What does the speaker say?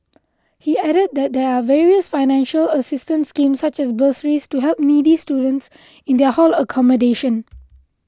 he added that there are various financial assistance schemes such as bursaries to help needy students in their hall accommodation